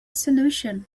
solution